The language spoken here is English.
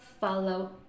follow